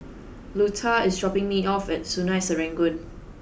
Luetta is dropping me off at Sungei Serangoon